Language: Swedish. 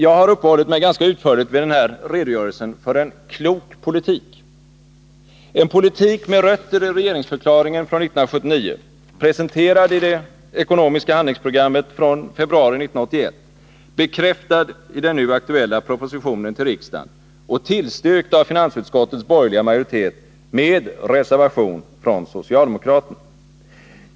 Jag har uppehållit mig ganska utförligt vid denna redogörelse för en klok politik — en politik med rötter i regeringsförklaringen från 1979, presenterad i det ekonomiska handlingsprogrammet från februari 1981, bekräftad i den nu aktuella propositionen till riksdagen och tillstyrkt av finansutskottets borgerliga majoritet med reservation från socialdemokraterna.